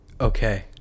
Okay